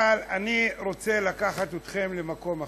אבל אני רוצה לקחת אתכם למקום אחר.